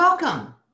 Welcome